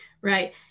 Right